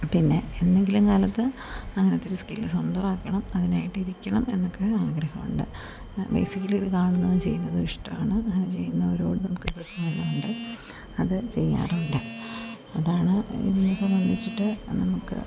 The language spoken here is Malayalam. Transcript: പിന്നേ എന്നെങ്കിലും കാലത്ത് അങ്ങനത്തെയൊരു സ്കില്ല് സ്വന്തമാക്കണം അതിനായിട്ട് ഇരിക്കണം എന്നൊക്കെ ആഗ്രഹമുണ്ട് ബേസിക്കലി ഇത് കാണുന്നതും ചെയ്യുന്നതും ഇഷ്ടമാണ് അങ്ങനെ ചെയ്യുന്നവരോട് നമുക്കൊരു ബഹുമാനമുണ്ട് അത് ചെയ്യാറും ഉണ്ട് അതാണ് ഇതിനേ സംബന്ധിച്ചിട്ട് നമുക്ക്